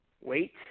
wait